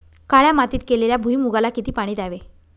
काळ्या मातीत केलेल्या भुईमूगाला किती पाणी द्यावे?